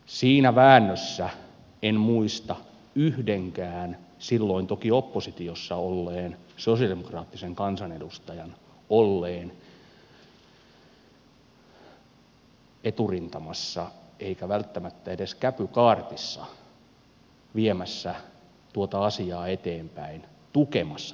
siinä väännössä en muista yhdenkään silloin toki oppositiossa olleen sosialidemokraattisen kansanedustajan olleen eturintamassa enkä välttämättä edes käpykaartissa viemässä tuota asiaa eteenpäin tukemassa tuota asiaa